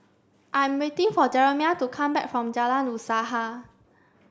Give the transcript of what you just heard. I am waiting for Jeremiah to come back from Jalan Usaha